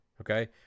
Okay